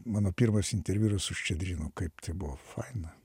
mano pirmas interviu yra su ščedrinu kaip tai buvo faina